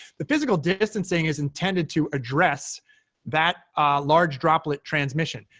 the physical distancing is intended to address that large droplet transmission.